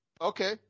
Okay